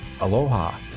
aloha